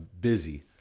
busy